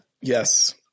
Yes